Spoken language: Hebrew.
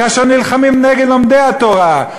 כאשר נלחמים נגד לומדי התורה,